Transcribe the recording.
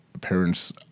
parents